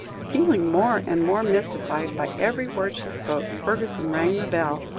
feeling more and more mystified by every word she spoke, fergusson rang the bell,